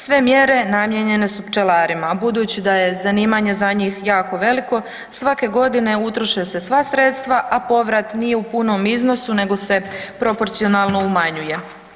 Sve mjere namijenjene su pčelarima, a budući da je zanimanje za njih jako veliko svake godine utroše se sva sredstava, a povrat nije u punom iznosu nego se proporcionalno umanjuje.